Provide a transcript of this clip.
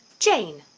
jane,